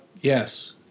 Yes